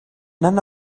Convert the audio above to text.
none